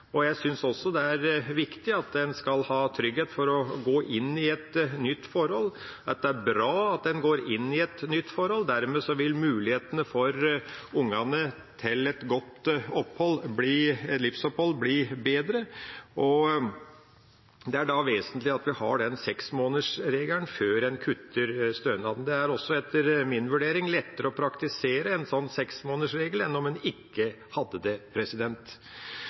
Jeg synes også det er viktig at en skal ha trygghet for å gå inn i et nytt forhold, og at det er bra at en går inn i et nytt forhold, for dermed vil muligheten for ungene til et godt livsopphold bli bedre. Det er da vesentlig at vi har den seksmånedersregelen før en kutter stønaden. Det er også etter min vurdering lettere å praktisere en slik seksmånedersregel.